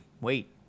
wait